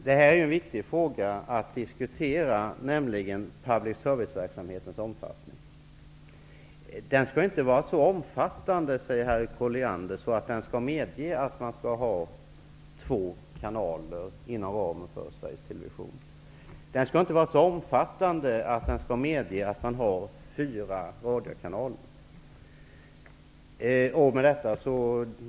Herr talman! Public service-verksamhetens omfattning är en viktig fråga att diskutera. Denna verksamhet skall inte vara så omfattande, sade Harriet Colliander, att den skall medge två kanaler inom ramen för Sveriges Television. Den skall inte heller medge fyra radiokanaler.